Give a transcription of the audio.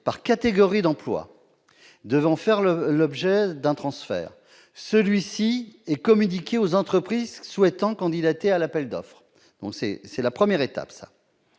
par catégorie d'emploi, devant faire l'objet d'un transfert. Ce nombre est communiqué aux entreprises souhaitant candidater à l'appel d'offres. Deuxième étape, les